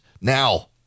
Now